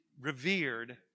revered